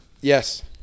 Yes